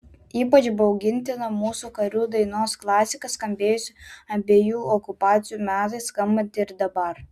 ypač baugintina mūsų karių dainos klasika skambėjusi abiejų okupacijų metais skambanti ir dabar